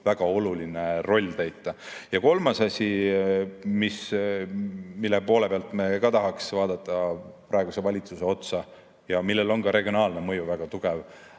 väga oluline roll täita. Kolmas asi, mille poole pealt me ka tahaks vaadata praegusele valitsusele otsa ja millel on ka regionaalne mõju väga tugev,